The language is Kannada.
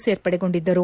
ಸೇರ್ಪಡೆಗೊಂಡಿದ್ದರು